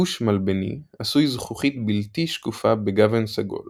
הגוש מלבני עשוי זכוכית בלתי שקופה בגוון סגול